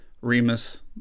Remus